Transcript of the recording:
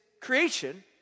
creation